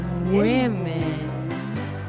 Women